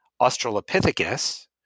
Australopithecus